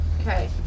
Okay